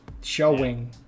showing